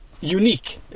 Unique